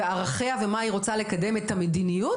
וערכיה ומה היא רוצה לקדם, אתה מדיניות